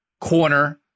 corner